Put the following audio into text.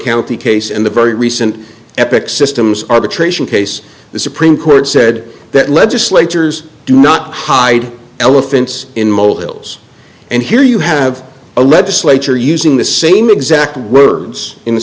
county case and the very recent epic systems arbitration case the supreme court said that legislatures do not hide elephants in motels and here you have a legislature using the same exact words in